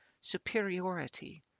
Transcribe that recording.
superiority